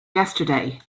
yesterday